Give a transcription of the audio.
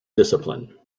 discipline